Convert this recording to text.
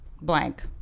blank